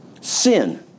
sin